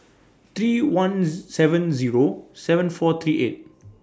three one seven Zero seven four three eight